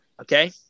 Okay